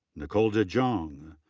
nicole dejong.